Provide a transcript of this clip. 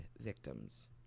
victims